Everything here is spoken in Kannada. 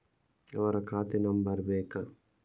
ಅವರ ಖಾತೆ ನಂಬರ್ ಬೇಕಾ?